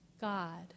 God